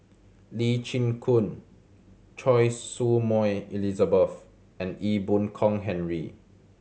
Lee Chin Koon Choy Su Moi Elizabeth and Ee Boon Kong Henry